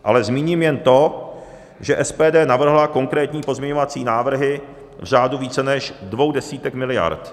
Ale zmíním jen to, že SPD navrhla konkrétní pozměňovací návrhy v řádu více než dvou desítek miliard.